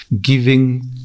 giving